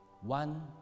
One